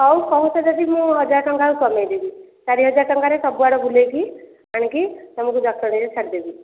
ହଉ କହୁଛ ଯଦି ମୁଁ ହଜାରେ ଟଙ୍କା ଆଉ କମେଇଦେବି ଚାରି ହଜାର ଟଙ୍କାରେ ସବୁଆଡ଼େ ବୁଲେଇକି ଆଣିକି ତମକୁ ଜଟଣୀରେ ଛାଡ଼ିଦେବି